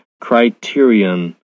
criterion